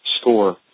score